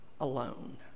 alone